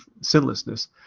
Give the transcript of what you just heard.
sinlessness